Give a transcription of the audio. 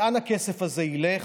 לאן הכסף הזה ילך?